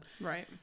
right